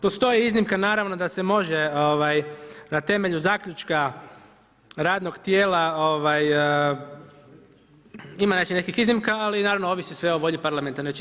Postoji iznimka naravno da se može na temelju zaključka radnog tijela, ima znači nekih iznimka, ali naravno ovisi sve o volji parlamentarne većine.